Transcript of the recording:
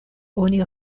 oni